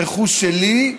רכוש שלי,